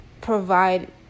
provide